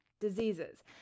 diseases